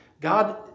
God